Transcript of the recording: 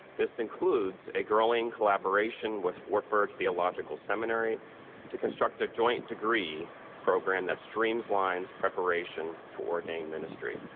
this includes a growing collaboration with wartburg theological seminary to construct a joint degree program that streamlines preparation for ordained ministry.